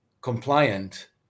compliant